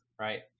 Right